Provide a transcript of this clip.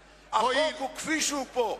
לפי 123. החוק הוא כפי שהוא פה,